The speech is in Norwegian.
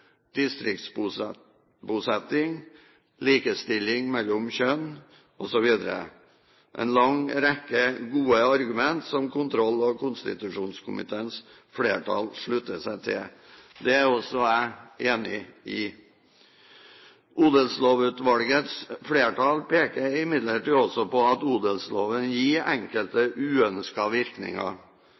likestilling mellom kjønnene osv. – en lang rekke gode argumenter som kontroll- og konstitusjonskomiteens flertall slutter seg til. Det er også jeg enig i. Odelslovutvalgets flertall peker imidlertid også på at odelsloven gir enkelte uønskede virkninger,